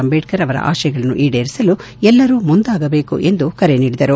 ಅಂಬೇಡ್ಕರ್ ಅವರ ಆಶಯಗಳನ್ನು ಈಡೇರಿಸಲು ಎಲ್ಲರೂ ಮುಂದಾಗಬೇಕು ಎಂದು ಕರೆ ನೀಡಿದರು